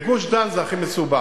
בגוש-דן זה הכי מסובך,